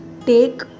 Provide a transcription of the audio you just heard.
take